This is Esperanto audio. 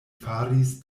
faris